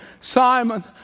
Simon